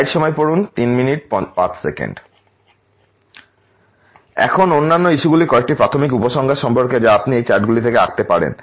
slide সময় পড়ুন 0305 এখন অন্যান্য ইস্যুগুলি কয়েকটি প্রাথমিক উপসংহার সম্পর্কে যা আপনি এই চার্টগুলি থেকে আঁকতে পারেন